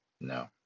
no